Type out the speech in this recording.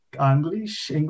English